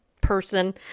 person